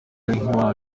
aha